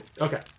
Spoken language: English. Okay